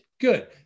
Good